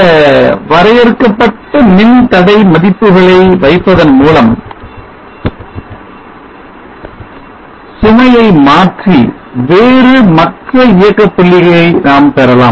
சில வரையறுக்கப்பட்ட மின்தடை மதிப்புகளை வைப்பதன் மூலம் சுமையை மாற்றி வேறு மற்ற இயக்க புள்ளியை நாம் பெறலாம்